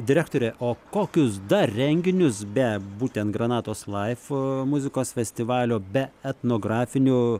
direktore o kokius dar renginius be būtent granatos laif a muzikos festivalio be etnografinių